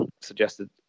suggested